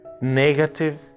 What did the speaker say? negative